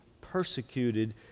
persecuted